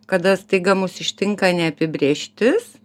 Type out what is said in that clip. kada staiga mus ištinka neapibrėžtis